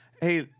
hey